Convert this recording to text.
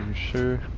show